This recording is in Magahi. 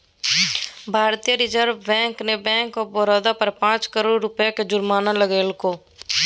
भारतीय रिजर्व बैंक ने बैंक ऑफ बड़ौदा पर पांच करोड़ रुपया के जुर्माना लगैलके